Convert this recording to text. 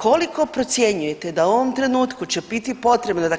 Koliko procjenjujete da u ovom trenutku će biti potrebno,